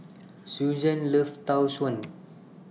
Suzanne loves Tau Suan